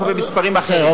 אנחנו במספרים אחרים.